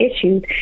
issues